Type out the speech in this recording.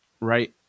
Right